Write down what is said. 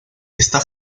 está